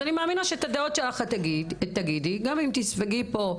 אני מאמינה שאת תגידי את הדעות שלך,